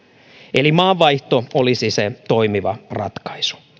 eli maanvaihto olisi se toimiva ratkaisu